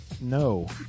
No